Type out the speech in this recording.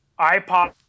iPod